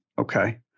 Okay